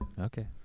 Okay